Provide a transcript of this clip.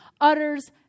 utters